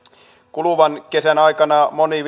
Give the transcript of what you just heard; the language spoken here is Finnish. kuluneen kesän aikana moni